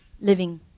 living